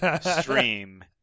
stream